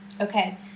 Okay